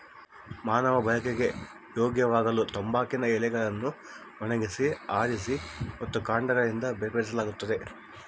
ಮಾನವ ಬಳಕೆಗೆ ಯೋಗ್ಯವಾಗಲುತಂಬಾಕಿನ ಎಲೆಗಳನ್ನು ಒಣಗಿಸಿ ಆರಿಸಿ ಮತ್ತು ಕಾಂಡಗಳಿಂದ ಬೇರ್ಪಡಿಸಲಾಗುತ್ತದೆ